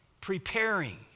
preparing